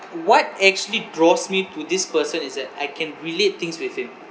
what actually draws me to this person is that I can relate things with him